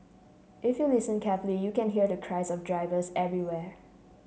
if you listen carefully you can hear the cries of drivers everywhere